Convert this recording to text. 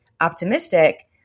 optimistic